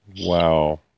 Wow